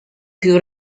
più